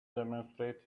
demonstrate